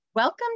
Welcome